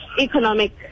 economic